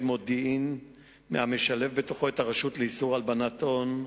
מודיעין המשלב את הרשות לאיסור הלבנת הון,